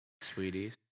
Sweeties